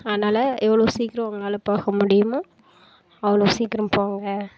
அதனால எவ்வளோ சீக்கரம் உங்களால போக முடியுமோ அவ்வளோ சீக்கரம் போங்க